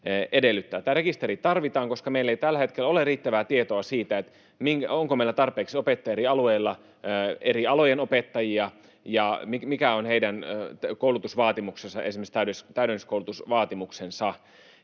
Tämä rekisteri tarvitaan, koska meillä ei tällä hetkellä ole riittävää tietoa siitä, onko meillä tarpeeksi opettajia eri alueilla, eri alojen opettajia ja mikä ovat heidän koulutusvaatimuksensa, esimerkiksi täydennyskoulutusvaatimuksensa.